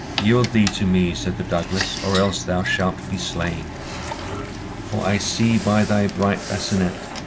yield thee to me, said the douglas, or else thou shalt be slain for i see by thy bright basenet,